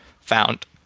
Found